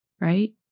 right